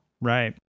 Right